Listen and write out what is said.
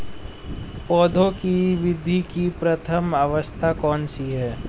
पौधों की वृद्धि की प्रथम अवस्था कौन सी है?